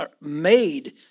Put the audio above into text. made